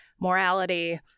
morality